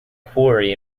quarry